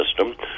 system